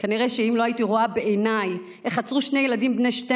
כנראה שאם לא הייתי רואה בעיניי איך עצרו שני ילדים בני 12